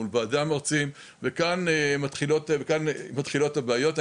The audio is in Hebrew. מול ועדי המרצים וכאן מתחילות הבעיות.